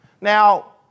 Now